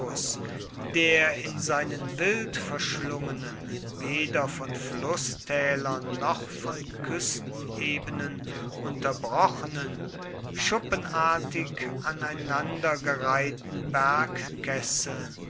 der in seinen wildverschlungenen weder von flußtälern noch von küstenebenen unterbrochenen schuppenartig aneinandergereihten